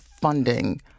funding